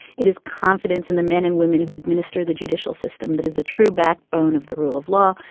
it is confidence in the men and women who administer the judicial system that is the true backbone of the rule of law.